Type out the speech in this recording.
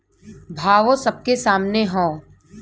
भावो सबके सामने हौ